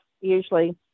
usually